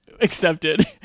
Accepted